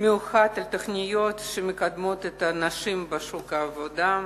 מיוחד על תוכניות שמקדמות את הנשים בשוק העבודה.